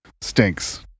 stinks